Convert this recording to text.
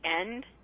end